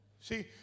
See